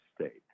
state